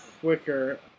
Quicker